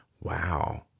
Wow